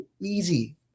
easy